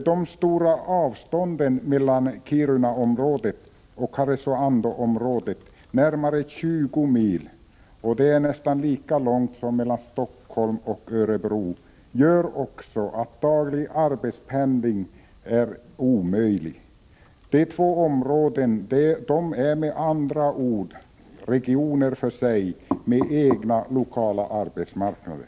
Det stora avståndet mellan Kirunaområdet och Karesuandoområdet — närmare 20 mil, dvs. nästan lika långt som mellan Stockholm och Örebro — gör också att daglig arbetspendling är omöjlig. De två områdena är med andra ord regioner för sig, med egna lokala arbetsmarknader.